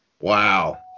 Wow